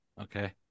okay